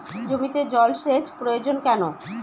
জমিতে জল সেচ প্রয়োজন কেন?